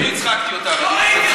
אני הצחקתי אותם, אני מתנצל,